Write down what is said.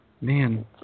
Man